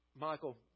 Michael